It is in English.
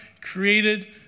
created